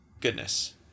Goodness